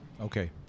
Okay